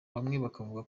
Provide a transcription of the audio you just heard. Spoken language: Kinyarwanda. bakavuga